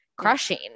crushing